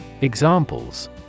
Examples